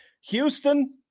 Houston